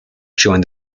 joined